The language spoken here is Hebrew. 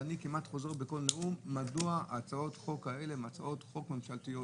ואני חוזר כמעט בכל נאום: מדוע הצעות החוק האלה הן הצעות חוק ממשלתיות?